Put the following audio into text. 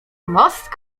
most